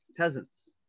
Peasants